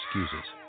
excuses